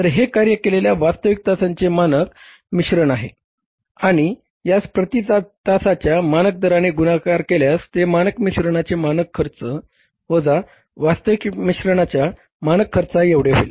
तर हे कार्य केलेल्या वास्तविक तासांचे मानक मिश्रण आहे आणि यास प्रती तासाच्या मानक दराने गुणाकार केल्यास ते मानक मिश्रणाचे मानक खर्च वजा वास्तविक मिश्रणाच्या मानक खर्चा एवढे होईल